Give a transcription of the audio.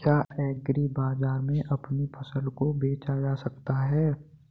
क्या एग्रीबाजार में अपनी फसल को बेचा जा सकता है?